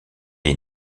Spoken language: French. est